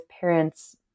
parents